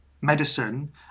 medicine